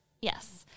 Yes